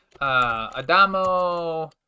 Adamo